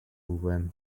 when